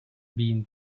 been